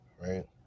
right